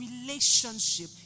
relationship